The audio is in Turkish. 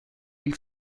ilk